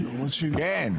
כן.